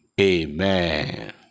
amen